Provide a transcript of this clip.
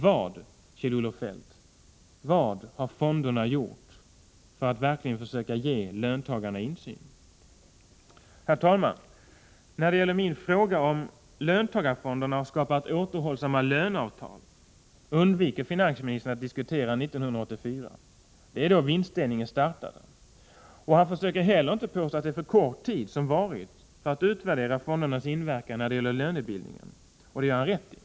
Vad, Kjell-Olof Feldt, har fonderna gjort för att verkligen försöka ge löntagarna insyn? Herr talman! När det gäller min fråga huruvida löntagarfonderna har skapat återhållsamma löneavtal, undviker finansministern att diskutera utvecklingen under 1984. Det var då vinstdelningen startade. Han försöker heller inte påstå att för kort tid förflutit för att man skall kunna utvärdera fondernas inverkan när det gäller lönebildningen. Det gör han rätt i.